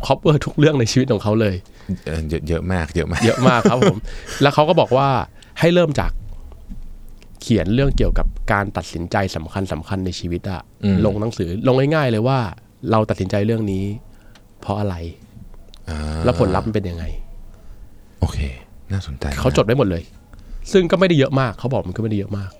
ครอบครัวทุกเรื่องในชีวิตของเขาเลยเอ่อ เยอะ- เยอะมาก เยอะมากเยอะมากครับผม แล้วเขาก็บอกว่าให้เริ่มจากเขียนเรื่องเกี่ยวกับการตัดสินใจสำคัญๆในชีวิตอะอืมลงหนังสือลงง่ายๆเลยว่าเราตัดสินใจเรื่องนี้เพราะอะไร แล้วผลลัพธ์มันเป็นยังไงโอเค น่าสนใจนะเขาจดไว้หมดเลย ซึ่งก็ไม่ได้เยอะมาก เขาบอกมันก็ไม่ได้เยอะมาก